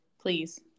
please